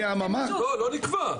נקבע.